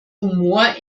humor